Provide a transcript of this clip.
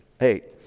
Eight